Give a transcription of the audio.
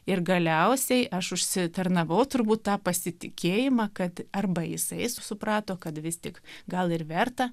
ir galiausiai aš užsitarnavau turbūt tą pasitikėjimą kad arba jisai suprato kad vis tik gal ir verta